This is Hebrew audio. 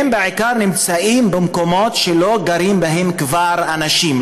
שנמצאים בעיקר במקומות שלא גרים בהם כבר אנשים,